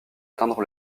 atteindre